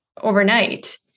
overnight